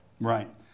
Right